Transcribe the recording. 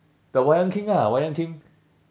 the wayang king ah wayang king